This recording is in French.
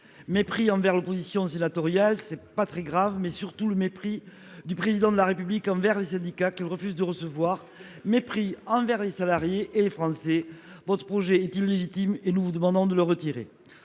Mépris envers l'opposition sénatoriale, ce qui n'est pas le plus grave. Mépris, surtout, du Président de la République envers les syndicats, qu'il refuse de recevoir. Mépris envers les salariés et les Français. Votre projet est illégitime, nous vous demandons de le retirer